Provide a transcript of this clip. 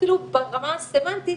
אפילו ברמה הסמנטית